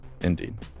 Indeed